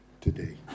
today